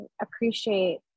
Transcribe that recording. appreciate